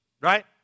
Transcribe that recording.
Right